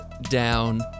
down